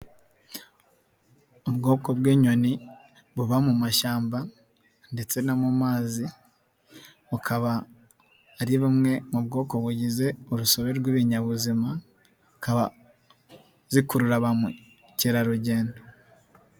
Ubwoko bw'inyoni buba mu mashyamba ndetse no mu mazi, bukaba ari bumwe mu bwoko bugize urusobe rw'ibinyabuzima, zikaba zikurura ba mukerarugendo.